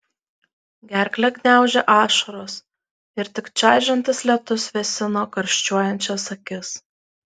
gerklę gniaužė ašaros ir tik čaižantis lietus vėsino karščiuojančias akis